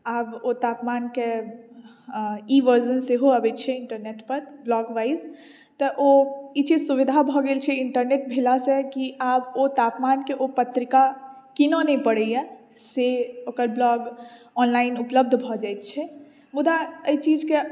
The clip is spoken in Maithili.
आब ओ तापमान के ई वर्जन सेहो अबै छै इंटरनेट पर ब्लाक वाइज तऽ ओ ई चीज सुविधा भऽ गेल छै इंटरनेट भेला सॅं की आब ओ तापमान के ओ पत्रिका कीनऽ नहि परैया से ओकर ब्लॉग ऑनलाइन उपलब्ध भऽ जाइत छै मुदा एहि चीज के